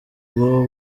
rwo